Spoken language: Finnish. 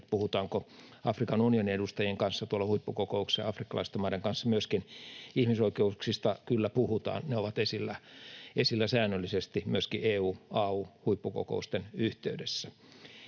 puhutaanko Afrikan unionin edustajien ja afrikkalaisten maiden kanssa huippukokouksissa myöskin ihmisoikeuksista. Kyllä puhutaan, ne ovat esillä säännöllisesti myöskin EU—AU-huippukokousten yhteydessä.